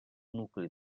nucli